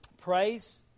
Praise